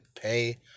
pay